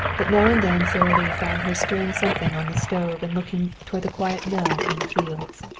but now and then sara lee found her stirring something on the stove and looking toward the quiet mill in the fields.